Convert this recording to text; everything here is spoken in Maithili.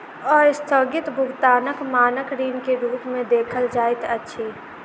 अस्थगित भुगतानक मानक ऋण के रूप में देखल जाइत अछि